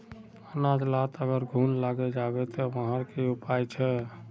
अनाज लात अगर घुन लागे जाबे ते वहार की उपाय छे?